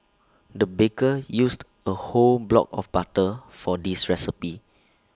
the baker used A whole block of butter for this recipe